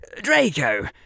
Draco